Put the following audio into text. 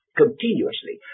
continuously